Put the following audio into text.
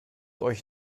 euch